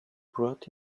brought